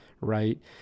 right